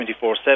24-7